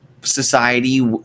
society